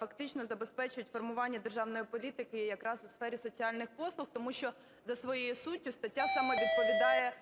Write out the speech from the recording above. фактично забезпечить формування державної політики якраз у сфері соціальних послуг, тому що за своєю суттю стаття саме відповідає,